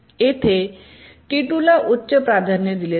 येथे T2 ला उच्च प्राधान्य दिले जाते